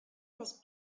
was